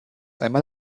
einmal